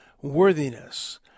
worthiness